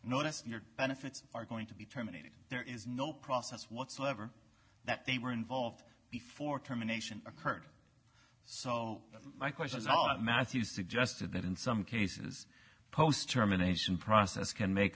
notice your benefits are going to be terminated there is no process whatsoever that they were involved before terminations occurred so my question is about matthew suggested that in some cases post germination process can make